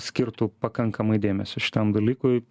skirtų pakankamai dėmesio šitam dalykui